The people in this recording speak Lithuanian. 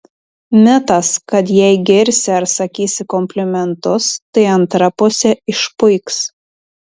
mitas kad jei girsi ar sakysi komplimentus tai antra pusė išpuiks